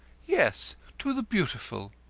yes. to the beautiful.